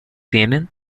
tienen